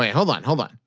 like hold on. hold on.